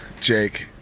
Jake